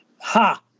Ha